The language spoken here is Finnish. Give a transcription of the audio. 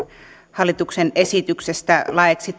hallituksen esityksestä laeiksi